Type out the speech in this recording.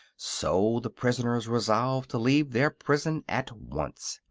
so the prisoners resolved to leave their prison at once.